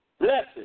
Blessed